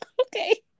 Okay